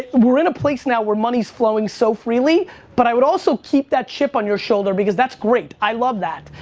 we're in a place now where money is flowing so freely but, i would also keep that chip on your shoulder because that's great. i love that.